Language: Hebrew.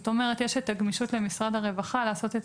כלומר יש את הגמישות למשרד הרווחה לעשות את